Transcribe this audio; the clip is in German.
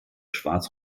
schwarz